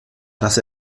dass